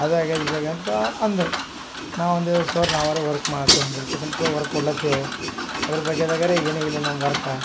ಅದಾಗ್ಯದೆ ಇದಾಗ್ಯದೆ ಎಂತ ಅಂದರು ನಾವು ಅಂದೆವು ಸರ್ ನಾವರೆ ವರ್ಕ್ ಮಾಡ್ತೇವು ಹಂಡ್ರೆಡ್ ಪರ್ಸೆಂಟು ವರ್ಕ್ ಕೊಡ್ಲತ್ತೆವು ಅದ್ರ ಬಗ್ಗೆದಾಗರೆ ಏನುಯಿಲ್ಲ ನಮ್ಮ ವರ್ಕ